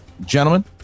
gentlemen